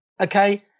okay